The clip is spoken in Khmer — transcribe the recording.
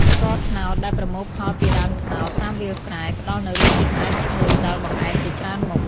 ស្ករត្នោត ដែលប្រមូលផលពីដើមត្នោតតាមវាលស្រែ ផ្តល់នូវរសជាតិផ្អែមឈ្ងុយដល់បង្អែមជាច្រើនមុខ។